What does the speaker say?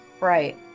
right